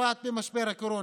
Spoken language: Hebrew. בתקופת משבר הקורונה,